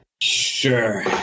sure